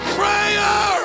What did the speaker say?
prayer